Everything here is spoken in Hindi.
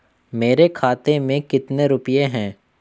मेरे खाते में कितने रुपये हैं?